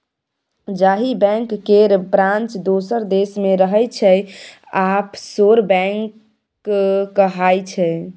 जाहि बैंक केर ब्रांच दोसर देश मे रहय छै आफसोर बैंकिंग कहाइ छै